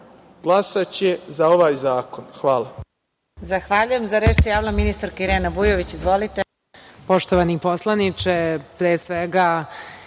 glas za ovaj zakon. Hvala.